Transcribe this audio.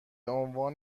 عنوان